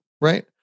right